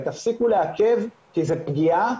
ותפסיקו לעכב כי זו פגיעה,